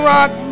Rock